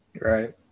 Right